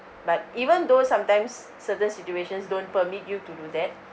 but even though sometimes certain situations don't permit you to do that